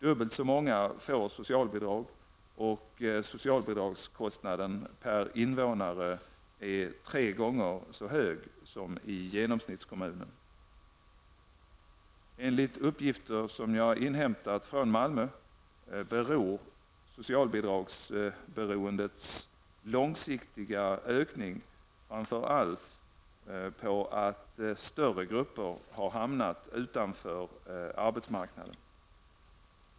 Dubbelt så många får socialbidrag och socialbidragskostnaden per invånare är tre gånger så hög som i genomsnittskommunen. Enligt uppgifter som jag inhämtat från Malmö beror socialbidragsberoendets långsiktiga ökning framför allt på att större grupper har hamnat utanför arbetsmarknaden.